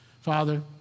Father